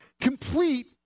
complete